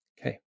Okay